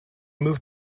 moved